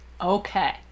okay